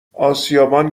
آسیابان